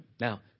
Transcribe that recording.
Now